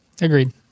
Agreed